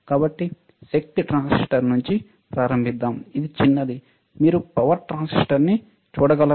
కాబట్టి శక్తి ట్రాన్సిస్టర్ నుండి ప్రారంభిద్దాం ఇది చిన్నది మీరు పవర్ ట్రాన్సిస్టర్ని చూడగలరా